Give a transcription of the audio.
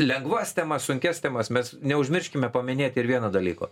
lengvas temas sunkias temas mes neužmirškime paminėti ir vieno dalyko